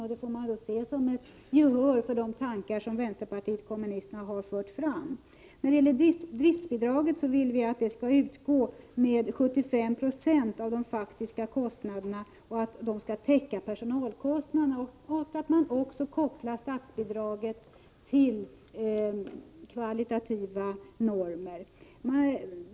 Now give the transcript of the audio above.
Det får ses som att de tankar som vänsterpartiet kommunisterna har fört fram har fått gehör. Vi vill att driftsbidrag skall utgå med 75 96 av de faktiska kostnaderna och att det skall täcka personalkostnaderna. Vi vill vidare att statsbidraget skall beräknas på grundval av kvalitativa normer.